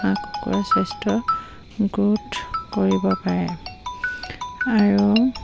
হাঁহ কুকুৰাৰ স্বাস্থ্য গ্ৰৌথ কৰিব পাৰে আৰু